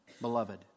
beloved